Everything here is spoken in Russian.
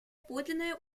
подлинное